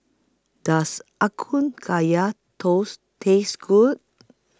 Does Are Kun Kaya Toast Taste Good